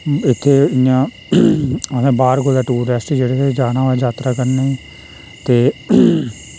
इत्थें इयां आखदे बाह्र कुतै टूरैस्ट जाना होऐ यात्रा करने ई ते